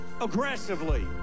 aggressively